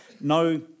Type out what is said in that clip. no